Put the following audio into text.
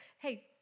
Hey